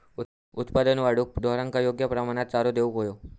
उत्पादन वाढवूक ढोरांका योग्य प्रमाणात चारो देऊक व्हयो